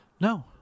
No